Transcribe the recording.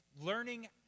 Learning